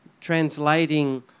translating